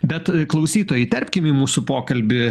bet klausytoją įterpkim į mūsų pokalbį